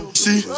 see